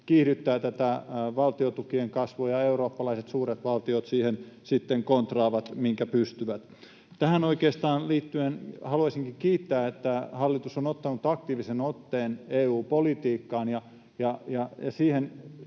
kiihdyttää tätä valtiontukien kasvua, ja eurooppalaiset suuret valtiot siihen sitten kontraavat, minkä pystyvät. Oikeastaan tähän liittyen haluaisinkin kiittää, että hallitus on ottanut aktiivisen otteen EU-politiikkaan ja siihen